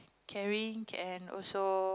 caring and also